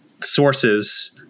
sources